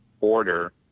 order